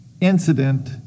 incident